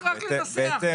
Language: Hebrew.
צריך להתחיל לנסח.